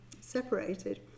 separated